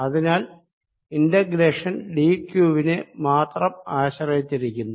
അതിനാൽ integration d Q വിനെ മാത്രം ആശ്രയിച്ചിരിക്കുന്നു